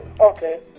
okay